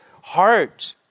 heart